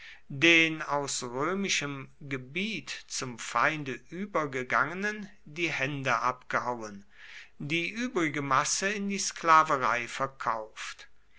den aus römischem gebiet zum feinde übergegangenen die hände abgehauen die übrige masse in die sklaverei verkauft